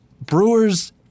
Brewers